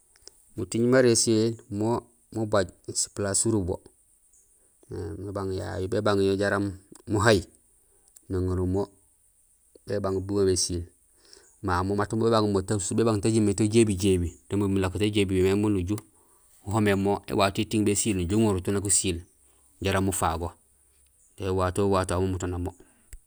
Muting mara ésiil mo mubaj si palace surubo éém, bébang yayu, bébang mo jaraam muhay, naŋerumo bébang bu ésiil, mamu mat bébang mo tan suu, bébang mo tiin ta jébi jébi to mulako mé ta jébi mé miin uju uhoméén mo éwato étiiŋ bésiil nujoow uŋeruto bésiil jaraam mufago to éwato wato aw umuto néŋa mo.